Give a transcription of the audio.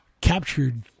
captured